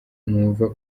numva